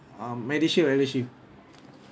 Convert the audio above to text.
um MediShield ElderShield